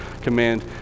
command